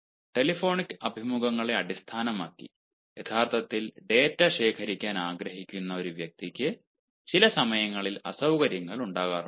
telephonic അഭിമുഖങ്ങളെ അടിസ്ഥാനമാക്കി യഥാർത്ഥത്തിൽ ഡാറ്റ ശേഖരിക്കാൻ ആഗ്രഹിക്കുന്ന ഒരു വ്യക്തിക്ക് ചില സമയങ്ങളിൽ അസൌകര്യങ്ങൾ ഉണ്ടാകാറുണ്ട്